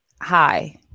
Hi